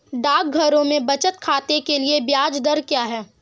डाकघरों में बचत खाते के लिए ब्याज दर क्या है?